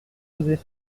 oser